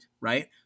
Right